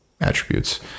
attributes